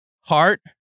Heart